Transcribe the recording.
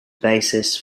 basis